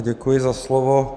Děkuji za slovo.